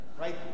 right